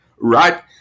Right